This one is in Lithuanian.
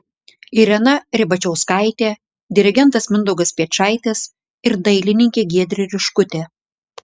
irena ribačiauskaitė dirigentas mindaugas piečaitis ir dailininkė giedrė riškutė